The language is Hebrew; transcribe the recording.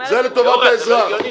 זה לטובת האזרח.